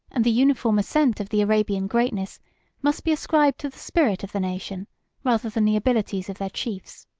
and the uniform ascent of the arabian greatness must be ascribed to the spirit of the nation rather than the abilities of their chiefs.